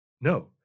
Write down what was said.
No